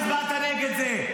למה הצבעת נגד זה?